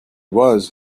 was